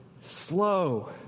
slow